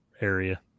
area